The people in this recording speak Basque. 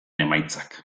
emaitzak